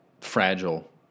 fragile